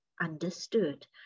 understood